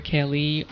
Kelly